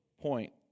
point